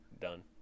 done